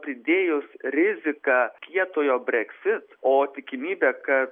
pridėjus riziką kietojo breksit o tikimybė kad